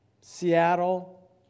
Seattle